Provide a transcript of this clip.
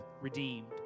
redeemed